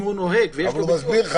אם הוא נוהג ויש לו -- אבל הוא מסביר לך